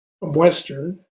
Western